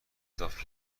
اضافه